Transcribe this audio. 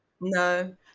No